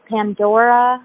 Pandora